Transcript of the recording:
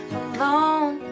alone